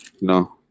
no